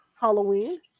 Halloween